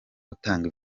gutanga